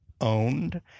owned